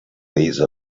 these